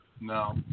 No